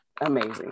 amazing